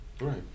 Right